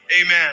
amen